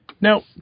Now